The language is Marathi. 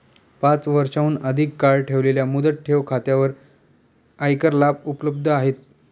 पाच वर्षांहून अधिक काळ ठेवलेल्या मुदत ठेव खात्यांवर आयकर लाभ उपलब्ध आहेत